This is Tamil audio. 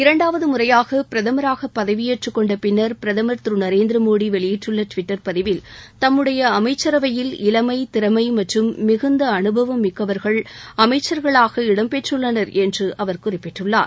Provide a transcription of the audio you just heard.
இரண்டாவது முறையாக பிரதமராக பதவியேற்றுக் கொண்ட பின்னர் பிரதமர் திரு நரேந்திர மோடி வெளிட்டுள்ள டிவிட்டர் பதிவில் தன்னுடைய அமைச்சரவையில் இளமை திறமை மற்றும் மிகுந்த அனுபவம் மிக்கவர்கள் அமைச்சர்களாக இடம்பெற்றுள்ளனர் என்று அவர் குறிப்பிட்டுள்ளார்